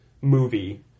movie